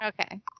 Okay